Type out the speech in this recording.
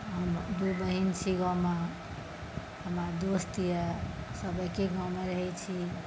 हम दू बहिन छी गाँवमे हमर दोस्त यऽ सब एके गाँवमे रहै छी